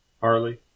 Harley